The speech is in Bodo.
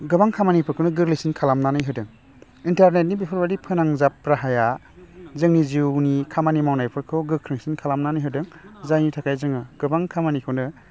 गोबां खामानिफोरखौनो गोरलैसिन खालामनानै होदों इन्टारनेटनि बेफोरबायदि फोनांजाब राहाया जोंनि जिउनि खामानि मावनायफोरखौ गोख्रैसिन खालामनानै होदों जायनि थाखाय जोङो गोबां खामानिखौनो